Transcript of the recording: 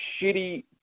shitty